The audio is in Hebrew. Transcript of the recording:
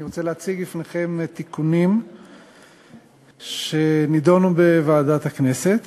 אני רוצה להציג בפניכם תיקונים שנדונו בוועדת הכנסת